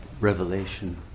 revelation